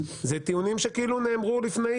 זה טיעונים שכאילו נאמרו לפני